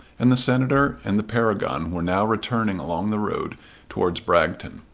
and the senator and the paragon were now returning along the road towards bragton.